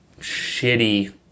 shitty